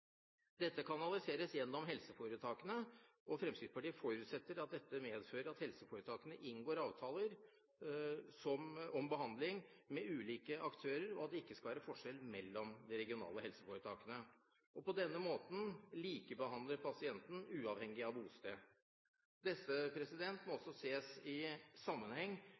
Dette kanaliseres gjennom helseforetakene, og Fremskrittspartiet forutsetter at dette medfører at helseforetakene inngår avtaler om behandling med ulike aktører, og at det ikke skal være forskjell mellom de regionale helseforetakene, og på denne måten likebehandler pasienten uavhengig av bosted. Dette må også ses i sammenheng